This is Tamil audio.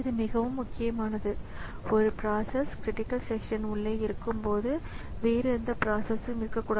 எனவே இந்த டிவைஸ் கன்ட்ரோலர்களுக்குள் நமக்கு பஃபர் கிடைத்துள்ளது